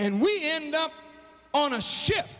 and we end up on a ship